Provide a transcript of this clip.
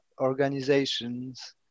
organizations